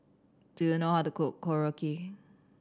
do you know how to cook Korokke